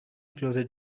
floated